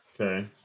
Okay